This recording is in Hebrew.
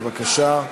בבקשה.